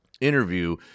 interview